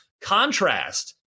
Contrast